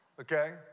okay